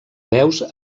veus